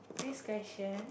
next question